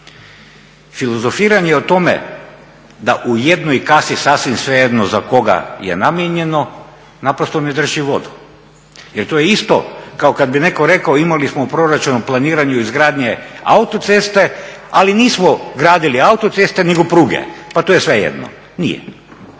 Filozofiranje o tome da u jednoj kasi sasvim svejedno za koga je namijenjeno naprosto ne drži vodu, jer to je isto kao kad bi netko rekao imali smo u proračunu planiranje izgradnje autoceste ali nismo gradili autoceste nego pruge, pa to je svejedno. Nije.